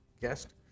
guest